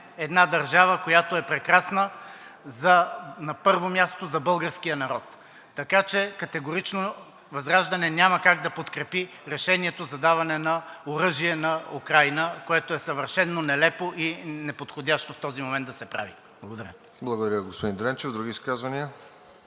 една държава, която е прекрасна на първо място за българския народ. Така че категорично ВЪЗРАЖДАНЕ няма как да подкрепи Решението за даване на оръжие на Украйна, което е съвършено нелепо и неподходящо в този момент да се прави. Благодаря. ПРЕДСЕДАТЕЛ РОСЕН ЖЕЛЯЗКОВ: Благодаря, господин Дренчев. Други изказвания?